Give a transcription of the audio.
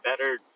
better